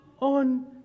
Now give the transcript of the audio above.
on